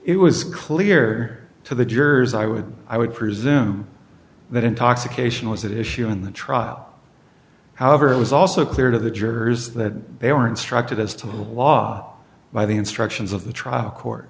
it was clear to the jurors i would i would presume that intoxication was at issue in the trial however it was also clear to the jurors that they were instructed as to the law by the instructions of the trial court